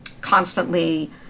constantly